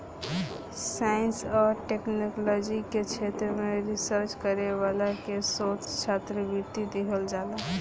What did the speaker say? science आ technology के क्षेत्र में रिसर्च करे वाला के शोध छात्रवृत्ति दीहल जाला